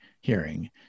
hearing